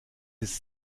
ist